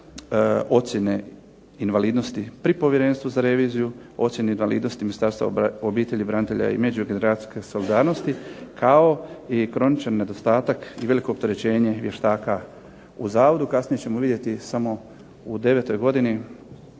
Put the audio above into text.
ocjene invalidnosti pri Povjerenstvu za reviziju, ocjenu invalidnosti Ministarstva obitelji, branitelja i međugeneracijske solidarnosti kao i kroničan nedostatak i veliko opterećenje vještaka u Zavodu. Kasnije ćemo vidjeti samo u devetoj godini